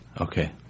Okay